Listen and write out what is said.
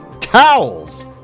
towels